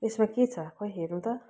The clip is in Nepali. यसमा के छ खै हेरौँ त